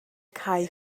cae